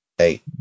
Eight